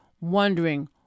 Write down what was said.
wondering